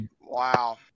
wow